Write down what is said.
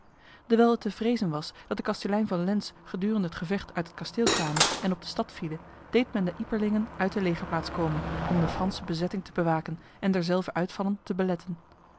dewijl het te vrezen was dat de kastelein van lens gedurende het gevecht uit het kasteel kwame en op de stad viele deed men de ieperlingen uit de legerplaats komen om de franse bezetting te bewaken en derzelver uitvallen te beletten